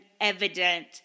evident